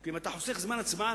כי אם אתה חוסך זמן הצבעה,